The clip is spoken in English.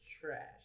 Trash